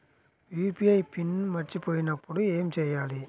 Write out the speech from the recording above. UPI pin మరచిపోయినప్పుడు ఏమి చేయాలి?